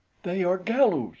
they are galus,